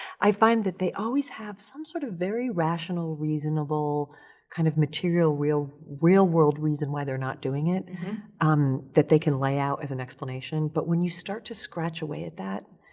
i find that they always have some sort of very rational, reasonable kind of material real, real world reason why they're not doing it um that they can lay out as an explanation. but when you start to scratch away at that,